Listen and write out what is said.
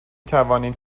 توانید